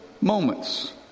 moments